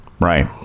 Right